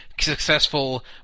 successful